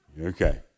Okay